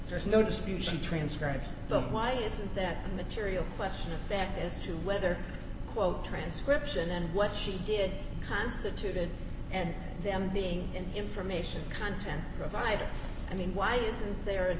there's no dispute she transcribed the why is that material question effect as to whether quote transcription and what she did constituted and them being an information content provider i mean why isn't there